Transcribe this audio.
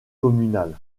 communal